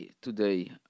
today